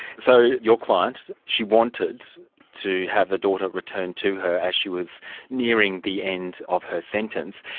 so, your client, she wanted to have the daughter returned to her as she was nearing the end of her sentence.